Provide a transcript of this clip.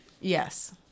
Yes